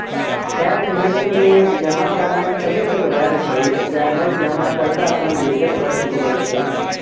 tax haven मे जमा करनाय तबे तक वैध छै, जाधरि जमाकर्ता अपन देशक कर चुकबै छै